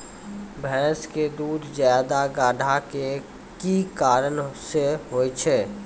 भैंस के दूध ज्यादा गाढ़ा के कि कारण से होय छै?